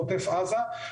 בעוטף עזה,